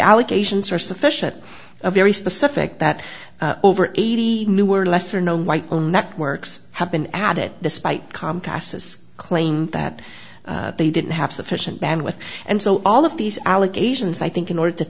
allegations are sufficient a very specific that over eighty new or lesser known white own networks have been added despite comcast is claiming that they didn't have sufficient bandwidth and so all of these allegations i think in order to